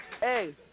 Hey